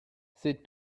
c’est